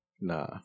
nah